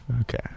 Okay